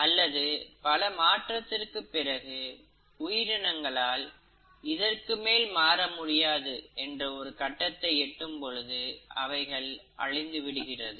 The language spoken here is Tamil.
அல்லது பல மாற்றத்திற்குப் பிறகு உயிரினங்களால் இதற்குமேல் மாற முடியாது என்ற ஒரு கட்டத்தை எட்டும் பொழுது அவைகள் அழிந்துவிடுகிறது